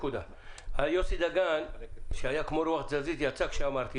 יוסי דגן, שהיה כמו רוח תזזית, יצא כשאמרתי.